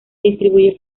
distribuye